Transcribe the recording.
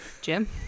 Jim